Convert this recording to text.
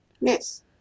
yes